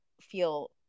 feel